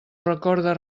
recorda